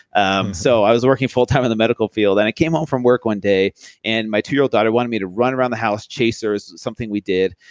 um so, i was working full time in the medical field and i came home from work one day and my two year old daughter wanted me to run around the house, chase her, something we did.